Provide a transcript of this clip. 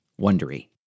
Wondery